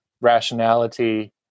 rationality